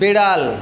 বেড়াল